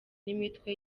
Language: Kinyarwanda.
n’imitwe